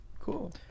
Cool